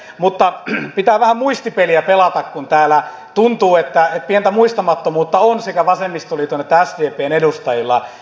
mutta pitää vähän muistipeliä pelata kun tuntuu että täällä pientä muistamattomuutta on sekä vasemmistoliiton että sdpn edustajilla